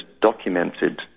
documented